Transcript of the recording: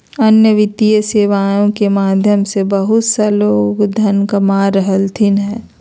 अन्य वित्तीय सेवाएं के माध्यम से बहुत सा लोग धन कमा रहलथिन हें